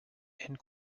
and